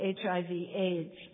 HIV-AIDS